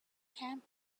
camp